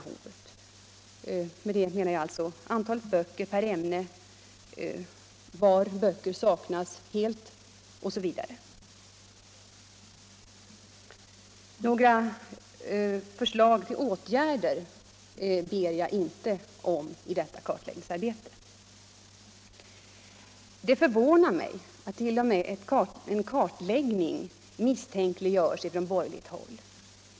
Med det menar jag antalet böcker per ämne, var böcker saknas helt, osv. Några förslag till åtgärder ber jag inte om i detta kartläggningsarbete. Det förvånar mig att t.o.m. en kartläggning misstänkliggörs från borgerligt håll.